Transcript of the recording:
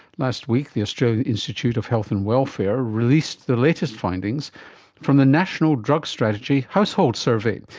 last week the australian institute of health and welfare released the latest findings from the national drug strategy household survey,